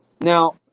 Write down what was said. Now